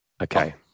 Okay